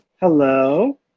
Hello